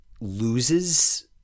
loses